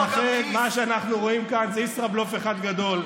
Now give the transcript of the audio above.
ולכן, מה שאנחנו רואים כאן זה ישראבלוף אחד גדול.